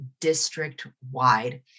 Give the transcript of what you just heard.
district-wide